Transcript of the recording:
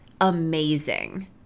amazing